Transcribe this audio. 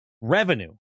revenue